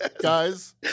guys